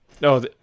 No